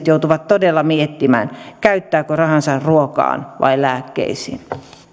joutuvat todella miettimään käyttävätkö rahansa ruokaan vai lääkkeisiin